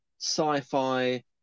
sci-fi